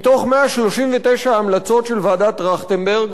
מתוך 139 המלצות של ועדת-טרכטנברג,